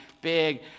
big